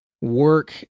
Work